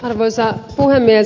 arvoisa puhemies